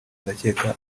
ndakeka